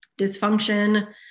dysfunction